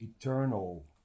eternal